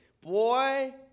Boy